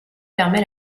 permet